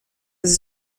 was